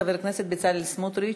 חבר הכנסת בצלאל סמוטריץ.